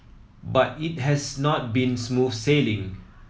but it has not been smooth sailing